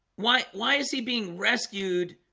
why why is he being rescued